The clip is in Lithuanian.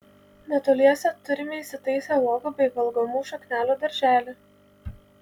netoliese turime įsitaisę uogų bei valgomų šaknelių darželį